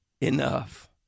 enough